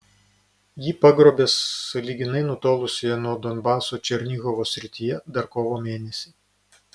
jį pagrobė sąlyginai nutolusioje nuo donbaso černihivo srityje dar kovo mėnesį